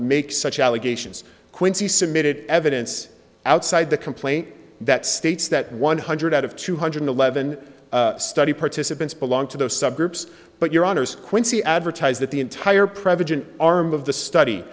make such allegations quincey submitted evidence outside the complaint that states that one hundred out of two hundred eleven study participants belong to the subgroups but your honour's quincey advertise that the entire prevalent arm of the study